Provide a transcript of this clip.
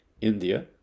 India